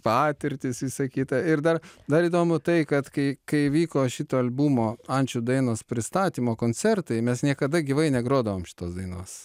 patirtis visa kita ir dar dar įdomu tai kad kai kai vyko šito albumo ančių dainos pristatymo koncertai mes niekada gyvai negrodavom šitos dainos